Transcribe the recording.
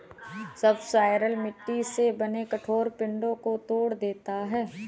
subsoiler मिट्टी से बने कठोर पिंडो को तोड़ देता है